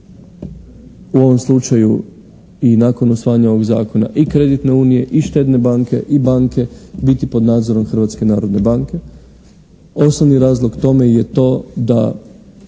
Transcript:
u ovom slučaju i nakon usvajanja ovog zakona i kreditne unije, i štedne banke i banke biti pod nadzorom Hrvatske narodne banke. Osnovni razlog tome je to da